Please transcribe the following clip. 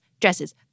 Dresses